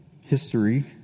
history